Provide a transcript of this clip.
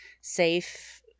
safe